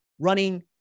running